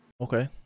okay